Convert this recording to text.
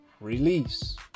release